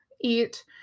eat